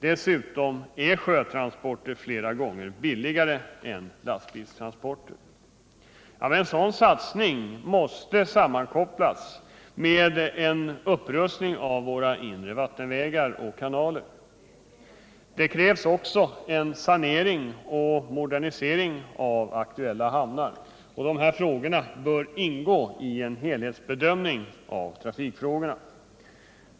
Dessutom är sjötransporter flera gånger billigare än lastbilstransporter. Men en sådan satsning måste sammankopplas med en upprustning av våra inre vattenvägar och kanaler. Det krävs också en sanering och modernisering av aktuella hamnar. Dessa frågor bör ingå i en helhetsbedömning av trafikfrågorna.